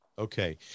Okay